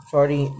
Sorry